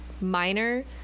minor